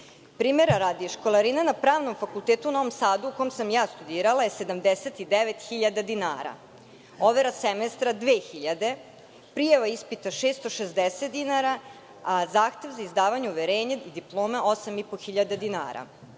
bogatih. Primera radi, školarina na Pravnom fakultetu u Novom Sadu gde sam studirala je 79.000 dinara, overa semestra 2.000 dinara, prijava ispita 660 dinara, a zahtev za izdavanje uverenja i diplome 8.500 dinara.